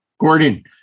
Gordon